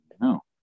No